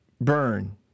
burn